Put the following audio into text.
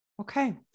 Okay